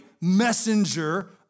messenger